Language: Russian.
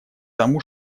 тому